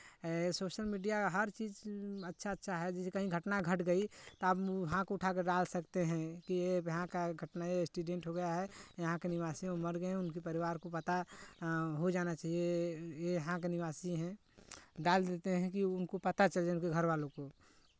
social media हर चीज़ अच्छा अच्छा है जैसे कहीं घटना घट गई तो आप वहाँ का उठा के डाल सकते हैं कि ये यहाँ का घटना ये एक्सीडेंट हो गया है यहाँ के निवासी वो मर गए हैं उनके परिवार को पता हो जाना चाहिए ये यहाँ के निवासी हैं डाल देते हैं कि उनको पता चल जाए उनके घरवालों को